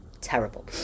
Terrible